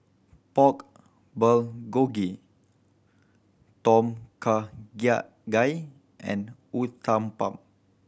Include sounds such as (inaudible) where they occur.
Pork Bulgogi Tom Kha (unintelligible) Gai and Uthapam